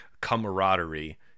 camaraderie